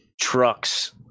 Trucks